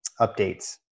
updates